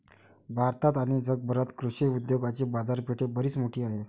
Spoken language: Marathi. भारतात आणि जगभरात कृषी उद्योगाची बाजारपेठ बरीच मोठी आहे